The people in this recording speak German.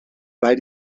weil